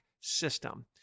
system